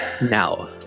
Now